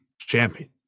champion